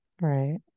Right